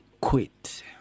quit